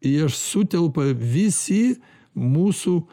į jas sutelpa visi mūsų